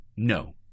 No